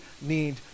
need